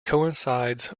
coincides